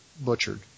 butchered